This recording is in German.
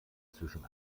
zwischen